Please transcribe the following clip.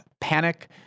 panic